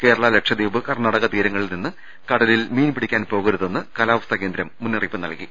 കേരള ലക്ഷദ്വീപ് കർണാടക തീരങ്ങളിൽ നിന്ന് കടലിൽ മീൻപിടിക്കാൻ പോകരുതെന്നും കാലാവസ്ഥാ കേന്ദ്രം മുന്നറിയിപ്പ് നൽകി